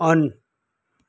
on